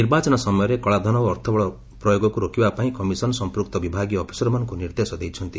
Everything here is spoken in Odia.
ନିର୍ବାଚନ ସମୟରେ କଳାଧନ ଓ ଅର୍ଥବଳ ପ୍ରୟୋଗକୁ ରୋକିବା ପାଇଁ କମିଶନ ସଂପୃକ୍ତ ବିଭାଗୀୟ ଅଫିସରମାନଙ୍କୁ ନିର୍ଦ୍ଦେଶ ଦେଇଛନ୍ତି